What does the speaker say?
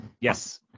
Yes